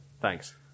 thanks